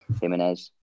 Jimenez